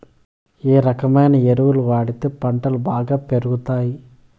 ఏ రకమైన ఎరువులు వాడితే పంటలు బాగా పెరుగుతాయి?